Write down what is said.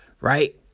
right